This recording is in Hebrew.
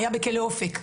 היה בכלא אופק.